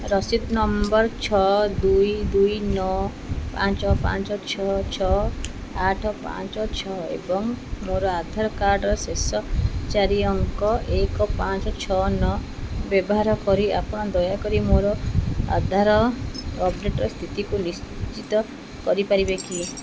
ରସିଦ number ଛଅ ଦୁଇ ଦୁଇ ନଅ ପାଞ୍ଚ ପାଞ୍ଚ ଛଅ ଛଅ ଆଠ ପାଞ୍ଚ ଛଅ ଏବଂ ମୋର ଆଧାର୍ କାର୍ଡ଼ର ଶେଷ ଚାରି ଅଙ୍କ ଏକ ପାଞ୍ଚ ଛଅ ନଅ ବ୍ୟବହାର କରି ଆପଣ ଦୟାକରି ମୋ ଆଧାର ଅପଡ଼େଟ୍ର ସ୍ଥିତିକୁ ନିଶ୍ଚିତ କରିପାରିବେ କି